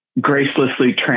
gracelessly